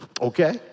Okay